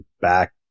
back